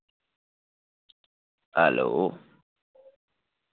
hello